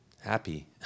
happy